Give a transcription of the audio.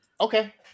Okay